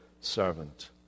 servant